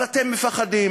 אבל אתם מפחדים.